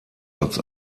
als